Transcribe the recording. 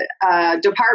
department